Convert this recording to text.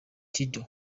kidjo